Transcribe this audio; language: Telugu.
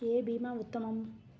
ఏ భీమా ఉత్తమము?